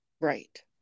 Right